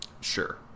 Sure